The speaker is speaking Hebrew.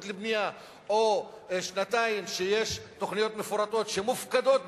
לבנייה או שנתיים שיש תוכניות מפורטות שמופקדות בוועדות,